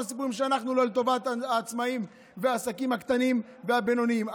סיפורים שאנחנו לא לטובת העצמאים והעסקים הקטנים והבינוניים.